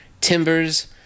Timbers